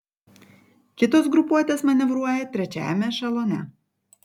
kitos grupuotės manevruoja trečiajame ešelone